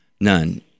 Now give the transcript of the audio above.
none